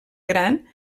gran